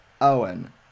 Owen